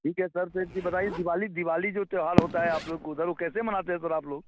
ठीक है सर तो एक चीज़ बताइए दिवाली दिवाली जो त्यौहार होता है आप लोग के उधर वह कैसे मनाते हैं सर आप लोग